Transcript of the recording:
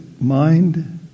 mind